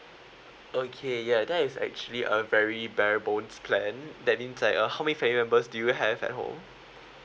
okay ya that is actually a very bare bones plan that means like uh how many family members do you have at home